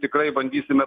tikrai bandysime